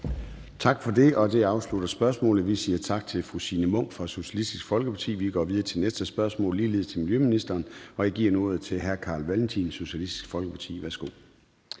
Tak for det, og det afslutter spørgsmålet. Vi siger tak til fru Signe Munk fra Socialistisk Folkeparti. Vi går videre til det næste spørgsmål, som ligeledes er til miljøministeren, og jeg giver nu ordet til hr. Carl Valentin, Socialistisk Folkeparti. Kl.